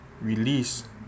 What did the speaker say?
release